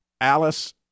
Alice